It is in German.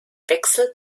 wechsel